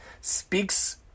speaks